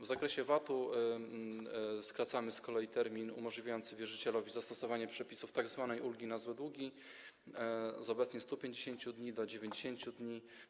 W zakresie VAT skracamy z kolei termin umożliwiający wierzycielowi zastosowanie przepisów tzw. ulgi na złe długi z obecnych 150 dni do 90 dni.